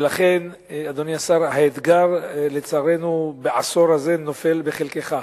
אדוני השר, לצערנו האתגר בעשור הזה נופל בחלקך,